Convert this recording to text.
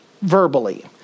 verbally